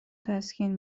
تسکین